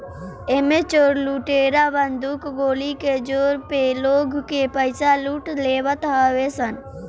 एमे चोर लुटेरा बंदूक गोली के जोर पे लोग के पईसा लूट लेवत हवे सन